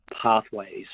pathways